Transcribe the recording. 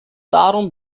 darum